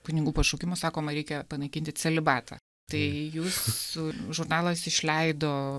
kunigų pašaukimų sakoma reikia panaikinti celibatą tai jūsų žurnalas išleido